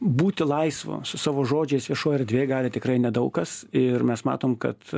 būti laisvu su savo žodžiais viešoj erdvėj gali tikrai nedaug kas ir mes matom kad